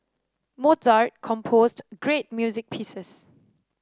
Mozart composed great music pieces